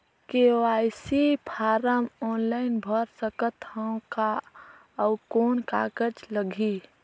KYC form online भर सकत हवं का? अउ कौन कागज लगही?